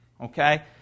Okay